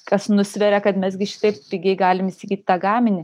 kas nusveria kad mes gi šitaip pigiai galim įsigyti tą gaminį